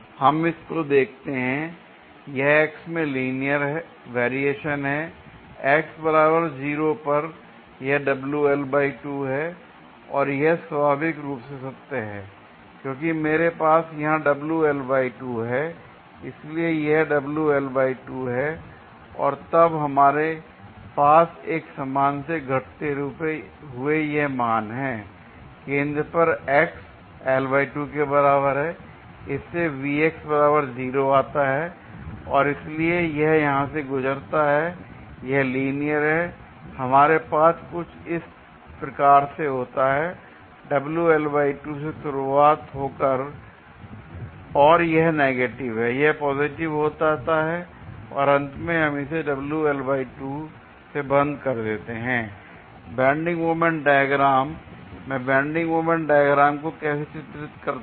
हम इसको देखते हैं यह x में लीनियर वेरिएशन है x बराबर 0 पर यह है और यह स्वाभाविक रूप से सत्य है क्योंकि मेरे पास यहां है l इसलिए यह है और तब हमारे पास एक समान रूप से घटते हुए यह मान हैं l केंद्र पर x के बराबर है इससे आता है l और इसलिए यह यहां से गुजरता है और यह लीनियर है हमारे पास कुछ इस प्रकार से होता है से शुरुआत होकर और यह नेगेटिव है यह पॉजिटिव हो जाता है और अंत में हम इसे से बंद कर देते हैं l बेंडिंग मोमेंट डायग्राम मैं बेंडिंग मोमेंट डायग्राम को कैसे चित्रित करता हूं